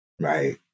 Right